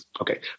okay